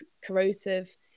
corrosive